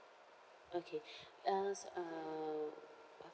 okay uh s~ uh